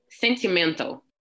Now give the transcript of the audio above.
sentimental